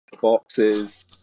boxes